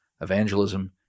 evangelism